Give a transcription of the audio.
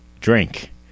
drink